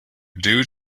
due